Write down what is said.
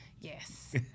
Yes